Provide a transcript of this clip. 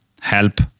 help